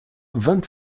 vingt